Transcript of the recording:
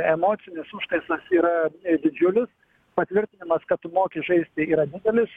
emocinis užtaisas yra didžiulis patvirtinimas kad tu moki žaisti yra didelis